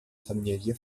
familie